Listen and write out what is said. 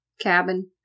cabin